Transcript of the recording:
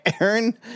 Aaron